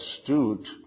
astute